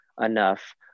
enough